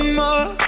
more